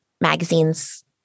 magazines